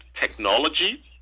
technology